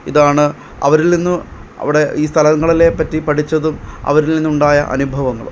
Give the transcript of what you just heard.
ഇതാണ് അവരിൽനിന്നു അവിടെ ഈ സ്ഥലങ്ങളിലെപ്പറ്റി പഠിച്ചതും അവരിൽനിന്നുണ്ടായ അനുഭവങ്ങളും